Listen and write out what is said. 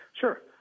Sure